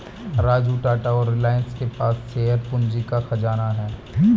राजू टाटा और रिलायंस के पास शेयर पूंजी का खजाना है